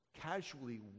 casually